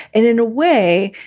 and in a way,